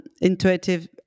intuitive